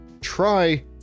try